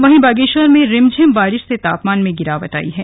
वहीं बागेश्वर में रिमझिम बारिश से तापमान में गिरावट आयी है